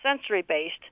sensory-based